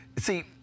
See